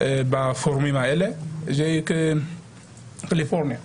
בפורומים האלה, קליפורניה,